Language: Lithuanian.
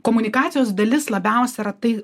komunikacijos dalis labiausia yra tai